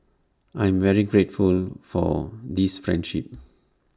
I'm very grateful for this friendship